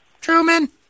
Truman